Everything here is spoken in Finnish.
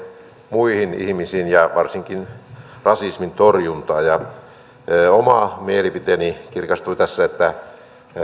muihin ihmisiin ja varsinkin rasismin torjuntaan oma mielipiteeni kirkastui tässä että